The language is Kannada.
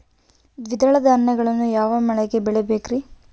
ದ್ವಿದಳ ಧಾನ್ಯಗಳನ್ನು ಯಾವ ಮಳೆಗೆ ಬೆಳಿಬೇಕ್ರಿ?